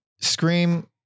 Scream